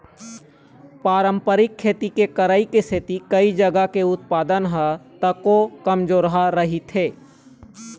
पारंपरिक खेती करई के सेती कइ जघा के उत्पादन ह तको कमजोरहा रहिथे